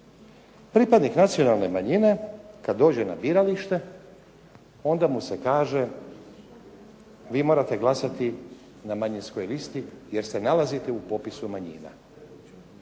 Pripadnik nacionalne manjine kad dođe na biralište onda mu se kaže vi morate glasati na manjinskoj listi jer se nalazite u popisu manjina.